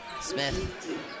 Smith